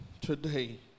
today